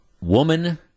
woman